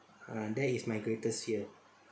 ah that is my greatest fear